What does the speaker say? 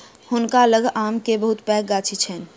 हुनका लग आम के बहुत पैघ गाछी छैन